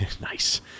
Nice